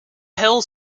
hills